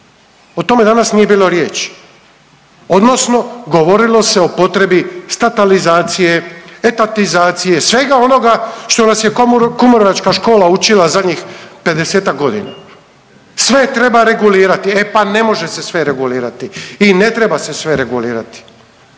O tome danas nije bilo riječi, odnosno govorilo se o potrebi statalizacije, etatizacije, svega onoga što nas je kumrovečka škola učila zadnjih pedesetak godina. Sve treba regulirati e pa ne može se sve regulirati i ne treba se sve regulirati.